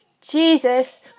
Jesus